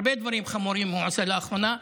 הרבה דברים חמורים הוא עושה לאחרונה,